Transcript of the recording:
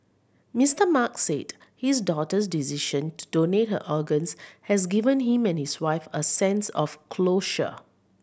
Mister Mark said his daughter's decision to donate her organs has given him and his wife a sense of closure